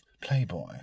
playboy